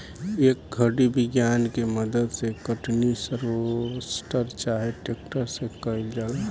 ए घड़ी विज्ञान के मदद से कटनी, हार्वेस्टर चाहे ट्रेक्टर से कईल जाता